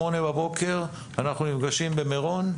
ב-08:00 בבוקר אנחנו נפגשים במירון.